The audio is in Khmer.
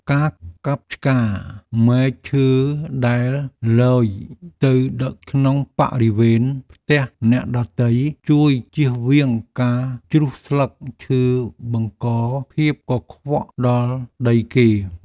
ការកាប់ឆ្ការមែកឈើដែលលយទៅក្នុងបរិវេណផ្ទះអ្នកដទៃជួយជៀសវាងការជ្រុះស្លឹកឈើបង្កភាពកខ្វក់ដល់ដីគេ។